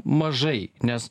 mažai nes